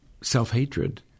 self-hatred